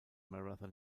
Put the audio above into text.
maratha